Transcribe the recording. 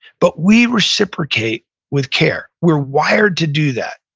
but we reciprocate with care. we're wired to do that,